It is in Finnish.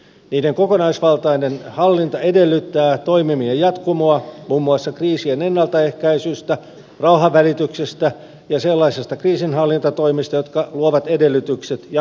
kriisien kokonaisvaltainen hallinta edellyttää toimien jatkumoa muun muassa kriisien ennaltaehkäisystä rauhanvälityksestä ja sellaisista kriisinhallintatoimista jotka luovat edellytykset jatkokehitykselle